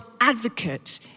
advocate